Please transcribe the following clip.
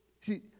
see